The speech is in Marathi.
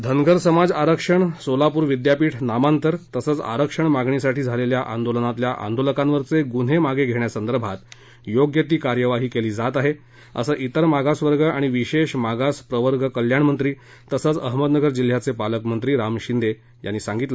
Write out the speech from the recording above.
धनगर समाज आरक्षण सोलापूर विद्यापीठ नामांतर तसंच आरक्षण मागणीसाठी झालेल्या आंदोलनातल्या आंदोलकांवरचे गुन्हे मागे घेण्यासंदर्भात योग्य ती कार्यवाही केली जात आहे असं इतर मागास वर्ग आणि विशेष मागास प्रवर्ग कल्याणमंत्री तसंच अहमदनगर जिल्ह्याचे पालकमंत्री राम शिंदे यांनी सांगितलं